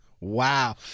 Wow